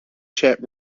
chat